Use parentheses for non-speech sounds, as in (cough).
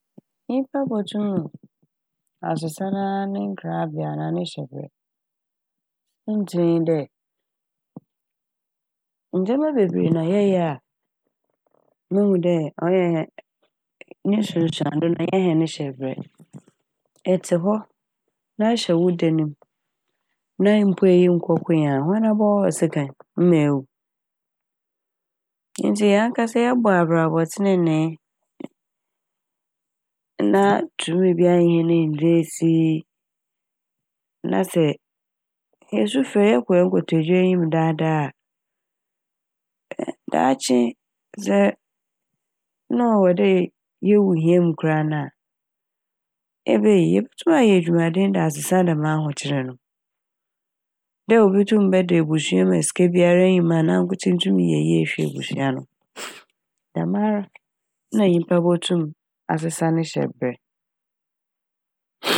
Nyimpa botum (noise) asesa nara ne nkrabea anaa ne hyɛbrɛ. Saintsir nye dɛ ndzɛma bebree na (noise) yɛyɛ a muhu dɛ ɔyɛ - no nsusuando (noise) ɔnnyɛ hɛn hyɛbrɛ (noise) etse hɔ na ahyɛ wo dane m' na mmpuei nnkɔ koe a woana bɔwɔ wo sekan ema ewu. Ntsi hɛn ankasa yɛbɔ abrabɔ tseenee na tumi biara annye hɛn enndi esi na sɛ yesu frɛ, yɛkɔ hɛn kotodwe enyim daadaa a (hesitation) daakye sɛ na ɔwɔ dɛ ye - yewu hia mu koraa na a, ebei! yebotum ayɛ edwuma den de asesa dɛm ahokyer no. Dɛ obi tum bɛda ebusua mu a sika biara nnyi mu a nankotsee tum yɛyie hwɛ ebusua no (hesitation) dɛmara na nyimpa botum asesa (noise) ne hyɛber. (hesitation)